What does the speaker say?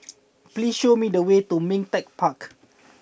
please show me the way to Ming Teck Park